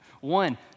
One